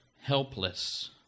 helpless